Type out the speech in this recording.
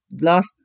last